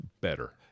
better